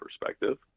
perspective